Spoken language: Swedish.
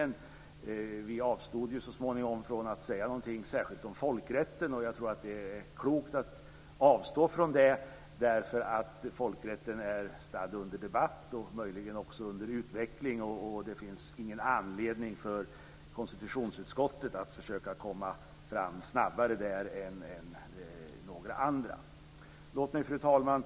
Så småningom bestämde vi oss för att avstå ifrån att säga någonting om folkrätten, och jag tror att det var klokt att avstå från det. Folkrätten är stadd under debatt och också under utveckling. Det finns ingen anledning för konstitutionsutskottet att försöka att komma fram snabbare där än några andra. Fru talman!